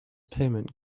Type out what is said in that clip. payment